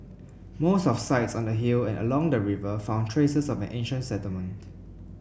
most of sites on the hill and along the river found traces of an ancient settlement